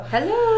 Hello